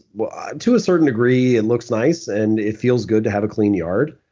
to a certain degree, it looks nice and it feels good to have a clean yard,